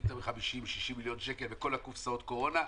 יותר מ-50 60 מיליארד שקל בכל קופסאות הקורונה,